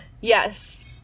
yes